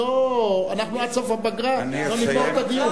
אנחנו עד סוף הפגרה לא נסיים את הדיון.